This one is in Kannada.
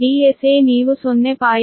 DSAನೀವು 0